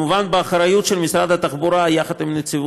ולכן כמובן הן חלות